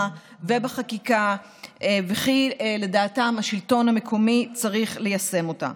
ובחקיקה וכי לדעתם השלטון המקומי צריך ליישם אותה.